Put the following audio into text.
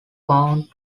found